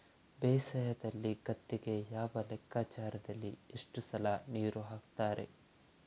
ಬೇಸಾಯದಲ್ಲಿ ಗದ್ದೆಗೆ ಯಾವ ಲೆಕ್ಕಾಚಾರದಲ್ಲಿ ಎಷ್ಟು ಸಲ ನೀರು ಹಾಕ್ತರೆ?